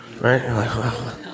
Right